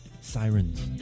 Sirens